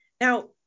Now